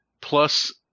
plus